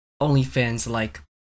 OnlyFans-like